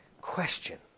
question